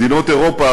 מדינות אירופה,